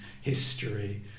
history